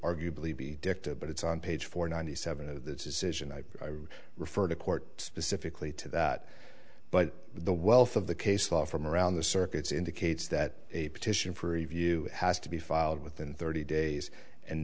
dicta but it's on page four ninety seven of the decision i refer the court pacifically to that but the wealth of the case law from around the circuits indicates that a petition for review has to be filed within thirty days and